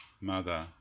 Mother